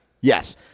Yes